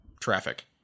traffic